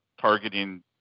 targeting